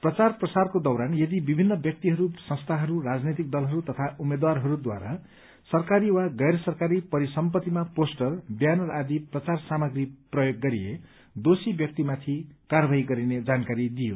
प्रचार प्रसारको दौरान यदि विभिन्न व्यक्तिहरू संस्थाहरू राजनैतिक दलहरू तथा उम्मेद्वारहरूद्वारा सरकारी वा गैर सरकारी परिसम्पत्तिमा पोस्टर ब्यानर आदि प्रचार सामग्री प्रयोग गरिए दोषी व्यक्तिमाथि कार्यवाही गरिने जानकारी दिइयो